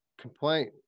complaint